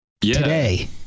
today